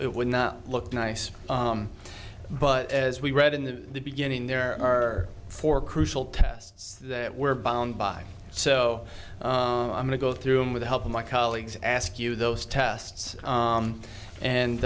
it would not look nice but as we read in the beginning there are four crucial tests that we're bound by so i'm going to go through and with the help of my colleagues ask you those tests